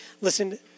listen